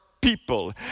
people